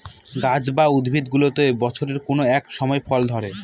গাছ বা উদ্ভিদগুলোতে বছরের কোনো এক সময় ফল ধরে